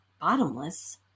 bottomless